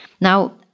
Now